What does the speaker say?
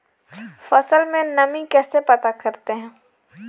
फसल में नमी कैसे पता करते हैं?